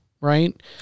right